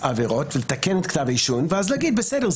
עבירות ולתקן את כתב האישום ואז להגיד: בסדר,